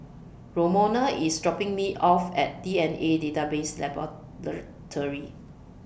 Romona IS dropping Me off At D N A Database Laboratory